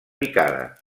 picada